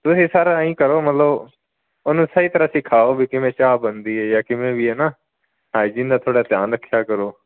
ਤੁਸੀਂ ਸਰ ਐਂਈਂ ਕਰੋ ਮਤਲਬ ਉਹਨੂੰ ਸਹੀ ਤਰ੍ਹਾਂ ਸਿਖਾਓ ਵੀ ਕਿਵੇਂ ਚਾਹ ਬਣਦੀ ਹੈ ਜਾਂ ਕਿਵੇਂ ਵੀ ਹੈ ਨਾ ਹਾਈਜੀਨ ਦਾ ਥੋੜ੍ਹਾ ਧਿਆਨ ਰੱਖਿਆ ਕਰੋ